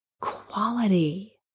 quality